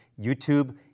YouTube